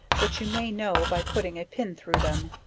which you may know by putting a pin through them,